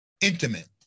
intimate